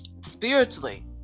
spiritually